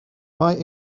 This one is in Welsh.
mae